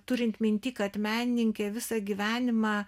turint minty kad menininkė visą gyvenimą